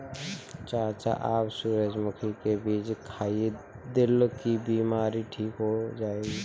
चाचा आप सूरजमुखी के बीज खाइए, दिल की बीमारी ठीक हो जाएगी